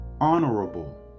honorable